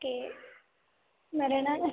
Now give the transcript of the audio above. okay வேறு ஏதனா